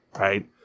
right